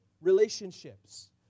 relationships